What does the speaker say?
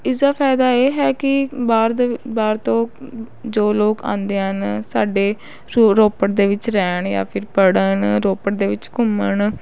ਇਸ ਦਾ ਫਾਇਦਾ ਇਹ ਹੈ ਕਿ ਬਾਹਰ ਦੇ ਬਾਹਰ ਤੋਂ ਜੋ ਲੋਕ ਆਉਂਦੇ ਹਨ ਸਾਡੇ ਸੌ ਰੋਪੜ ਦੇ ਵਿੱਚ ਰਹਿਣ ਜਾਂ ਫਿਰ ਪੜ੍ਹਨ ਰੋਪੜ ਦੇ ਵਿੱਚ ਘੁੰਮਣ